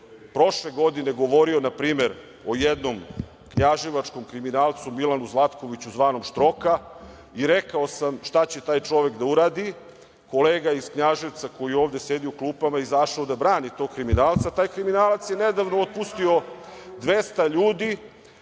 prošle godine govorio, na primer, o jednom knjaževačkom kriminalcu Milanu Zlatkoviću zvanom Štroka i rekao sam šta će taj čovek da uradi. Kolega iz Knjaževca koji ovde sedi u klupama izašao je da brani tog kriminalca. Taj kriminalac je nedavno otpustio 200 ljudi,